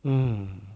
hmm